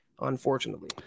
unfortunately